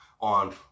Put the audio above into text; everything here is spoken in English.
on